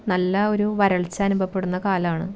നല്ല ഒരു വരൾച്ച അനുഭവപ്പെടുന്ന കാലമാണ്